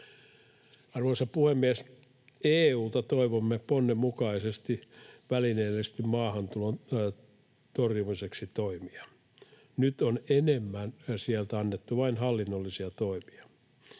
Arvoisa puhemies! EU:lta toivomme ponnen mukaisesti välineellistetyn maahantulon torjumiseksi toimia. Nyt sieltä on annettu enemmän vain hallinnollisia toimia,